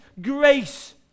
grace